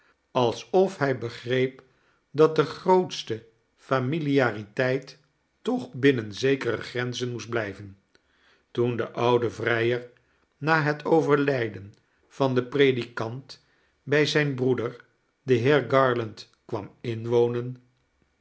alsof hij begreep dat de grootste familiariteit toch binnen zekere grenzen moest blijven toen de oude vrijer na het overlijden van den predikant bij zijn broeder den heer garland kwam inwonen